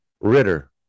Ritter